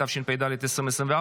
התשפ"ד 2024,